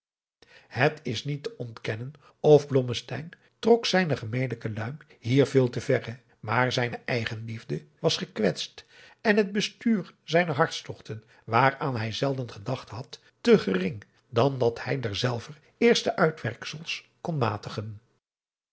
het is niet te ontkennen of blommesteyn trok zijne gemelijke luim hier veel te verre maar zijne eigenliefde was gekwetst en het bestuur zijner hartstogten waaraan hij zelden gedacht had te gering dan dat hij derzelver eerste uitwerksels kon matigen